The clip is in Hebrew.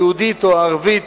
היהודית, הערבית,